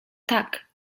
tak